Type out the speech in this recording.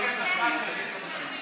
השמית.